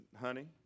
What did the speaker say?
honey